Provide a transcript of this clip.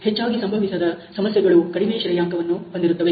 ಹೆಚ್ಚಾಗಿ ಸಂಭವಿಸದ ಸಮಸ್ಯೆಗಳು ಕಡಿಮೆ ಶ್ರೇಯಾಂಕ ಹೊಂದಿರುತ್ತವೆ